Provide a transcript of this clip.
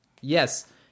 yes